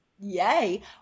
Yay